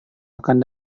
akan